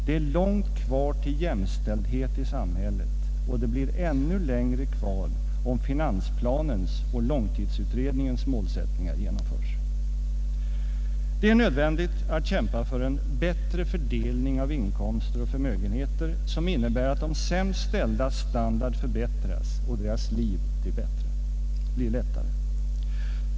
Det är långt kvar till jämställdhet i samhället och det blir ännu längre kvar om finansplanens och långtidsutredningens målsättningar genomförs. Det är nödvändigt att kämpa för en bättre fördelning av inkomster och förmögenheter, som innebär att de sämst ställdas standard förbättras och deras liv blir lättare.